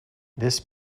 this